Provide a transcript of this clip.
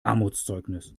armutszeugnis